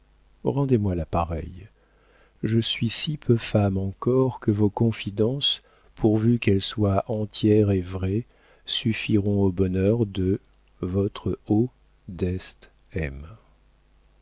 rendez-moi la pareille je suis si peu femme encore que vos confidences pourvu qu'elles soient entières et vraies suffiront au bonheur de votre